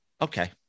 okay